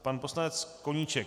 Pan poslanec Koníček.